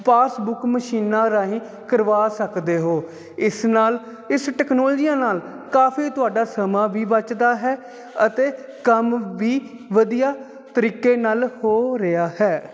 passbook ਮਸ਼ੀਨਾਂ ਰਾਹੀਂ ਕਰਵਾ ਸਕਦੇ ਹੋ ਇਸ ਨਾਲ ਇਸ ਟੈਕਨੋਲਜੀਆਂ ਨਾਲ ਕਾਫੀ ਤੁਹਾਡਾ ਸਮਾਂ ਵੀ ਬਚਦਾ ਹੈ ਅਤੇ ਕੰਮ ਵੀ ਵਧੀਆ ਤਰੀਕੇ ਨਾਲ ਹੋ ਰਿਹਾ ਹੈ